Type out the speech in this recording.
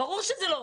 ברור שזה לא.